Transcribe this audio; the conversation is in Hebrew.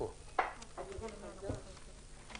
אני מתכבד לפתוח את ישיבת ועדת הכלכלה,